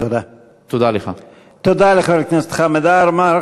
תודה לחבר הכנסת חמד עמאר.